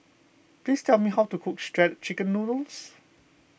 please tell me how to cook Shredded Chicken Noodles